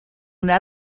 una